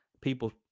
people